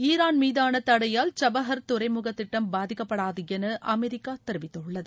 Iran மீதான தடையால் Chabahar துறைமுக திட்டம் பாதிக்கப்படாது என அமெரிக்கா தெரிவித்துள்ளது